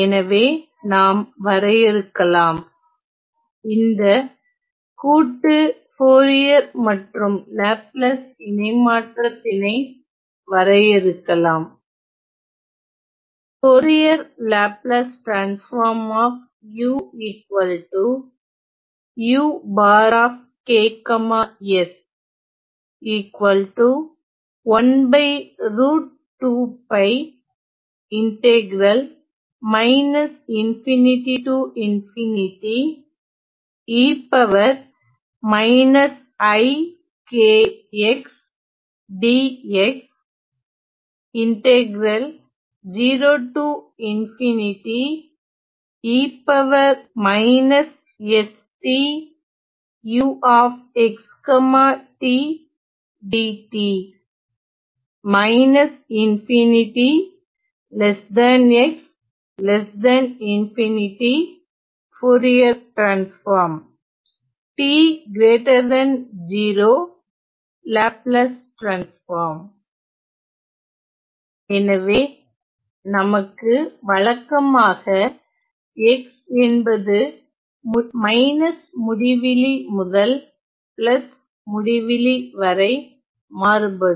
எனவே நாம் வரையறுக்கலாம் இந்த கூட்டு போரியர் மற்றும் லாப்லாஸ் இணைமாற்றத்தினை வரையறுக்கலாம் எனவே நமக்கு வழக்கமாக x என்பது முடிவிலி முதல் முடிவிலி வரை மாறுபடும்